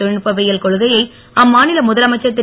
தொழில்நுட்பவியல் கொன்கையை அம்மாநில முதலமைச்சர் திரு